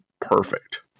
perfect